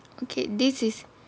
okay this is